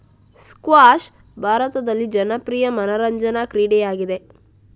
squash ಭಾರತದಲ್ಲಿ ಜನಪ್ರಿಯ ಮನರಂಜನಾ ಕ್ರೀಡೆಯಾಗಿದೆ